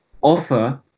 offer